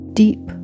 deep